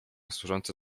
służące